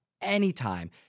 anytime